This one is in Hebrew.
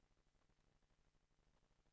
אווירה